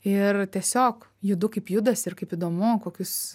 ir tiesiog judu kaip judasi ir kaip įdomu kokius